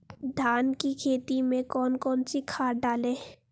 धान की खेती में कौन कौन सी खाद डालें?